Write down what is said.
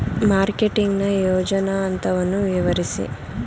Marketing ನ ಯೋಜನಾ ಹಂತವನ್ನು ವಿವರಿಸಿ?